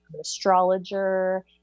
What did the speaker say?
astrologer